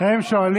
מי